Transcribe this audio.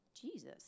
Jesus